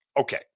Okay